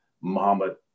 Muhammad